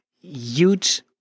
huge